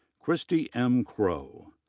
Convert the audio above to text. kristi m. crow.